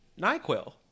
nyquil